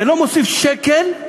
זה לא מוסיף שקל של